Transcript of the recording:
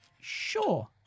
Sure